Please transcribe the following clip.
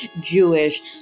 Jewish